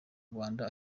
rwanda